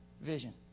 vision